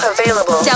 Available